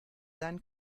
sein